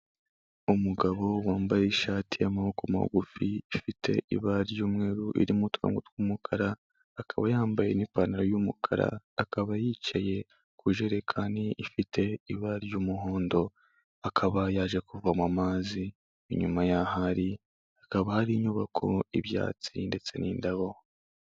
Umugabo wambaye ishati y'amaboko magufi ifite ibara ry'umweru irimo uturoko tw'umukara akaba yambaye n'pantaro yumukara, akaba yicaye ku ijerekani ifite ibara ry'umuhondo. Akaba yaje kuvoma amazi inyuma yaho ari hakaba hari inyubako y'ibyatsi ndetse n'indabo.